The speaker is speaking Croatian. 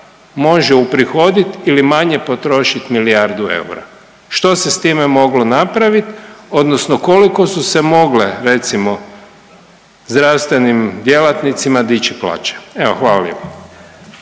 može uprihodit ili manje potrošit milijardu eura. Što se s time moglo napraviti odnosno koliko su se mogle recimo zdravstvenim djelatnicima dići plaće. Evo, hvala